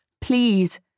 Please